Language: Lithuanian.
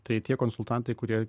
tai tie konsultantai kurie